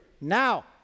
Now